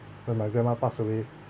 when my grandma passed away